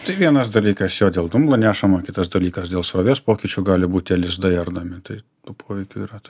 tai vienas dalykas čia jau dėl dumblo nešamo kitas dalykas dėl srovės pokyčių gali būt tie lizdai ardomi tai tų poveikių yra tai